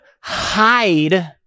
hide